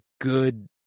good